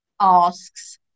asks